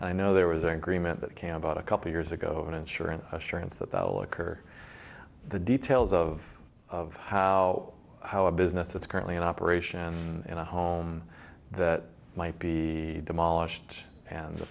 i know there was an agreement that came about a couple years ago when insurance assurance that that will occur the details of how how a business that's currently in operation and in a home that might be demolished and the